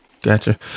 gotcha